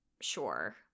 sure